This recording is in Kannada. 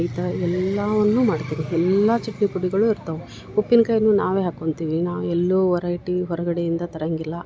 ಈ ಥರ ಎಲ್ಲಾವನ್ನು ಮಾಡ್ತೀವಿ ಎಲ್ಲ ಚಟ್ನಿ ಪುಡಿಗಳು ಇರ್ತವು ಉಪ್ಪಿನ್ಕಾಯನ್ನು ನಾವೇ ಹಾಕೊಳ್ತೀವಿ ನಾ ಎಲ್ಲೂ ವರೈಟಿ ಹೊರಗಡೆಯಿಂದ ತರಂಗಿಲ್ಲ